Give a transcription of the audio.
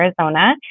Arizona